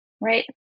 right